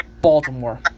Baltimore